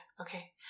Okay